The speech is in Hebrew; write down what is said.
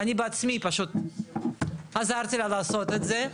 אני בעצמי פשוט עזרתי לה לעשות את זה.